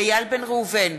איל בן ראובן,